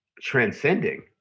transcending